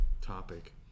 topic